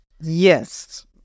Yes